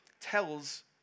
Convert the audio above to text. tells